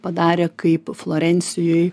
padarė kaip florencijoj